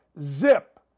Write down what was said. zip